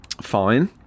Fine